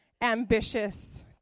ambitious